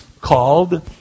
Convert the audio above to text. called